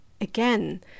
again